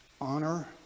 honor